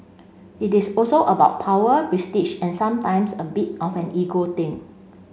it is also about power prestige and sometimes a bit of an ego thing